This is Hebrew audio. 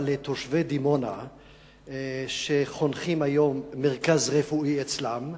אבל לתושבי דימונה שחונכים היום מרכז רפואי אצלם,